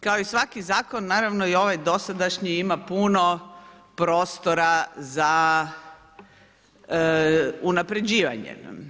Kao i svaki zakon naravno i ovaj dosadašnji ima puno prostora za unapređivanje.